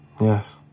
Yes